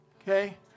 Okay